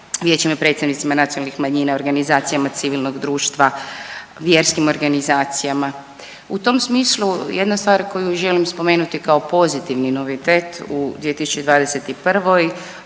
vijećima i predstavnicima nacionalnih manjina, organizacijama civilnog društva, vjerskim organizacijama. U tom smislu, jedna stvar koju želim spomenuti kao pozitivni novitet u 2021.,